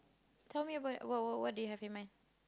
tell me about what what what do you have in mind